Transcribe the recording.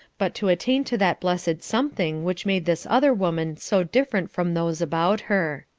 but to attain to that blessed something which made this other woman so different from those about her.